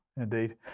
indeed